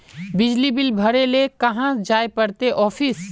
बिजली बिल भरे ले कहाँ जाय पड़ते ऑफिस?